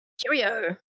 Cheerio